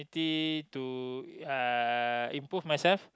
to uh improve myself